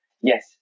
yes